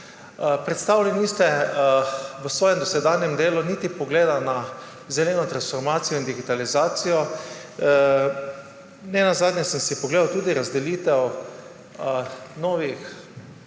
Predstavili niste v svojem dosedanjem delu niti pogleda na zeleno transformacijo in digitalizacijo. Nenazadnje sem si pogledal tudi razdelitev novih